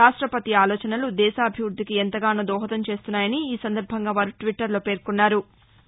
రాష్టపతి ఆలోచనలు దేశాభివృద్ధికి ఎంతగానో దోహదం చేస్తున్నాయని ఈ సందర్భంగా వారు ట్విట్టర్లో పేర్కొన్నారు